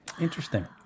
Interesting